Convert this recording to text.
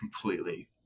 completely